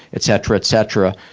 et cetera, et cetera.